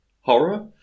horror